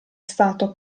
stato